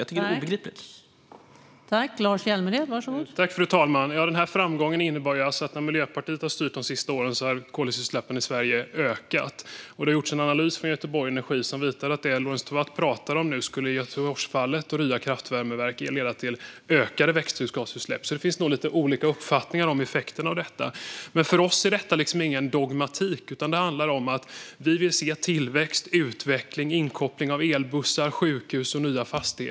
Jag tycker att det är obegripligt.